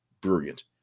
brilliant